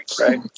right